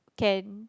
can